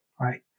right